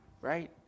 right